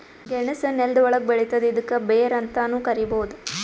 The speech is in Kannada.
ಗೆಣಸ್ ನೆಲ್ದ ಒಳ್ಗ್ ಬೆಳಿತದ್ ಇದ್ಕ ಬೇರ್ ಅಂತಾನೂ ಕರಿಬಹುದ್